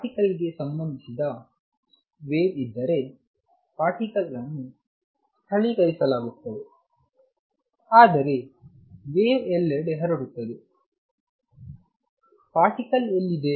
particle ಗೆ ಸಂಬಂಧಿಸಿದ wave ವಿದ್ದರೆ ಪಾರ್ಟಿಕಲ್ ಅನ್ನು ಸ್ಥಳೀಕರಿಸಲಾಗುತ್ತದೆ ಆದರೆ ವೇವ್ ಎಲ್ಲೆಡೆ ಹರಡುತ್ತದೆ ಪಾರ್ಟಿಕಲ್ ಎಲ್ಲಿದೆ